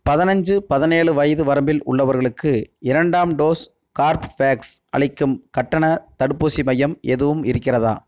பதினஞ்சு பதினேழு வயது வரம்பில் உள்ளவர்களுக்கு இரண்டாம் டோஸ் கார்ப்வேக்ஸ் அளிக்கும் கட்டணத் தடுப்பூசி மையம் எதுவும் இருக்கிறதா